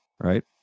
right